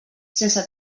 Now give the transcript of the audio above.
sense